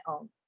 own